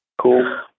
Cool